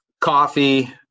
coffee